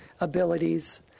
abilities